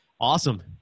Awesome